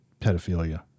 pedophilia